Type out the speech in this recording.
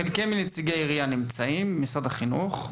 חלק מנציגי משרד החינוך.